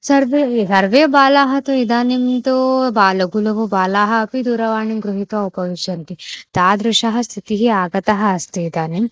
सर्वे सर्वे बालाः तु इदानीं तु बा लघु लघु बालाः अपि दूरवाणीं गृहीत्वा उपविशन्ति तादृशी स्थितिः आगता अस्ति इदानीं